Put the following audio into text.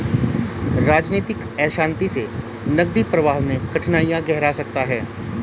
राजनीतिक अशांति से नकदी प्रवाह में कठिनाइयाँ गहरा सकता है